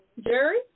Jerry